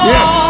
Yes